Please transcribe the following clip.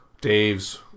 Dave's